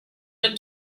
when